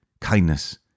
kindness